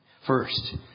first